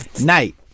Night